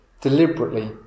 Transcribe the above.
deliberately